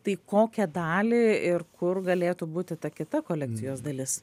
tai kokią dalį ir kur galėtų būti ta kita kolekcijos dalis